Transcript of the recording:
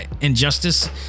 injustice